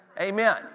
Amen